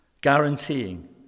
guaranteeing